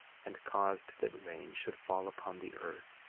and caused that rain should fall upon the earth,